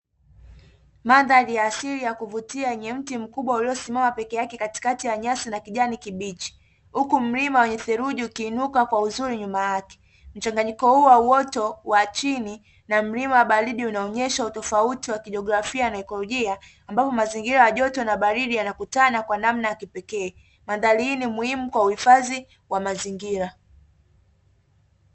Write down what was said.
Mandari ya asili ya kuvutia yenye mti mkubwa uliosimama peke yake katikati ya nyasi na kijani kibichi, huku mlima wenye theluji ukiinuka kwa uzuri nyuma yake. Mchanganyiko huu wa uoto wa chini na mlima wa baridi unaonesha utofauti wa kijogorafia na ikolojia ambapo mazingira ya joto na baridi yanakutana kwa namna ya kipekee. Mandari hii ni muhimu kwa uhifadhi wa mazingira.